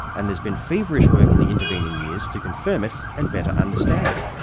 and there's been feverish work in the intervening years to confirm it and better understand it.